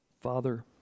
Father